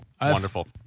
Wonderful